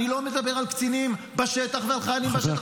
אני לא מדבר על הקצינים בשטח ועל החיילים בשטח,